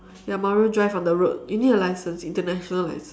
ya Mario drive on the road you need a license international license